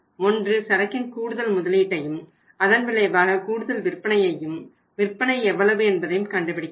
ஒன்று சரக்கின் கூடுதல் முதலீட்டையும் அதன் விளைவாக கூடுதல் விற்பனையையும் விற்பனை எவ்வளவு என்பதையும் கண்டுபிடிக்க வேண்டும்